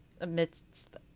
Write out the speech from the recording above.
amidst